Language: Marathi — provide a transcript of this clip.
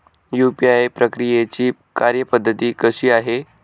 यू.पी.आय प्रक्रियेची कार्यपद्धती कशी आहे?